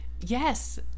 Yes